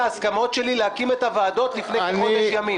ההסכמות שלי להקים את הוועדות לפני כחודש ימים.